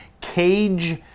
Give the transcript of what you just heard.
Cage